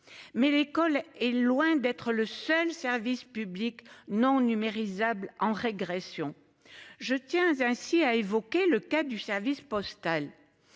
Mais l'école est loin d'être le seul service public non numérisables en régression je tiens ainsi a évoqué le cas du service postal.